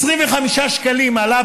25 שקלים העלאה